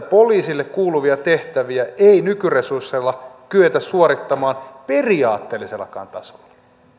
poliisille kuuluvia tehtäviä ei nykyresursseilla kyetä suorittamaan periaatteellisellakaan tasolla